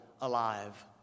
alive